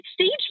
stage